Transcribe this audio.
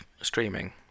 streaming